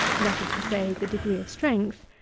that is to say, the degree of strength,